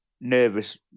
nervous